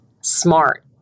smart